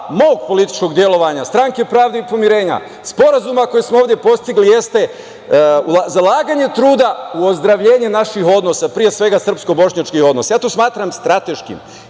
mog političkog delovanja SPP, sporazuma koji smo ovde postigli, jeste zalaganje truda u ozdravljenje naših odnosa, pre svega srpsko-bošnjačkih odnos. Ja to smatram strateškim